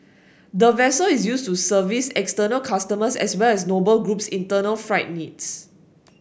the vessel is used to service external customers as well as Noble Group's internal freight needs